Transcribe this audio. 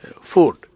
food